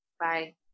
bye